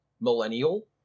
millennial